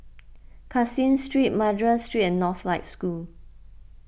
Caseen Street Madras Street and Northlight School